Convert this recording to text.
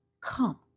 come